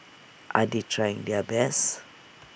are they trying their best